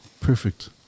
perfect